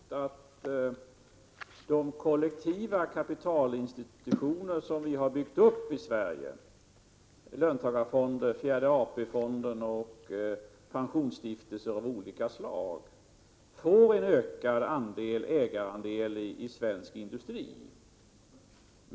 Herr talman! Jag har självfallet ingenting emot att de kollektiva kapitalin 30 november 1987 stitutioner som vi har byggt uppi Sverige löntagarfonder, fjärde AP-fonden = I mans ge och pensionsstiftelser av olika slag — får en ökad ägarandel i svensk industri.